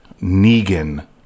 Negan